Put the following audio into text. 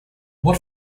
what